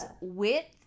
width